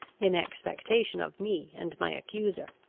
in expectation of me and my accuser.